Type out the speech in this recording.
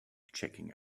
checking